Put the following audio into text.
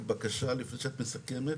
בקשה לפני שאת מסיימת?